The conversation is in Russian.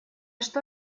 что